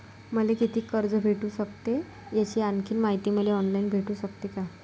मले कितीक कर्ज भेटू सकते, याची आणखीन मायती मले ऑनलाईन भेटू सकते का?